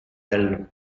del